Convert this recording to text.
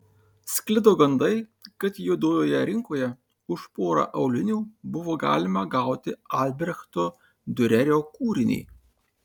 sklido gandai kad juodojoje rinkoje už porą aulinių buvo galima gauti albrechto diurerio kūrinį